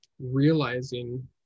realizing